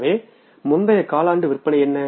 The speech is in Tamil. எனவே முந்தைய காலாண்டு விற்பனை என்ன